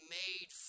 made